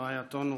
ורעייתו נורית,